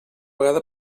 vegada